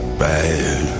bad